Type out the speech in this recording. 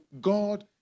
God